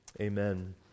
amen